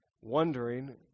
wondering